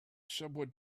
someone